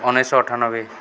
ଉଣେଇଶହ ଅଠାନବେ